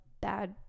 bad